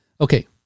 Okay